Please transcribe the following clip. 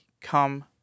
come